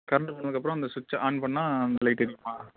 current போனதுக்கப்புறம் அந்த சுட்ச்சை ஆன் பண்ணால் அந்த லைட் எரியுமா